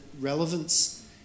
relevance